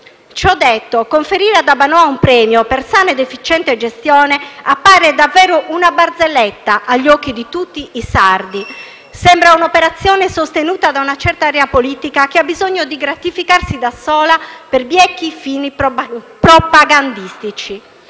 Ciò detto, conferire ad Abbanoa un premio per sana ed efficiente gestione appare davvero una barzelletta agli occhi di tutti i sardi. Sembra un'operazione sostenuta da una certa area politica, che ha bisogno di gratificarsi da sola per biechi fini propagandistici.